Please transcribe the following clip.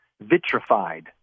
vitrified